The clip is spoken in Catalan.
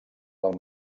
del